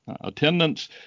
attendance